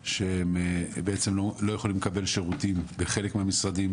שבעצם לא יכולים לקבל שירותים בחלק מהמשרדים,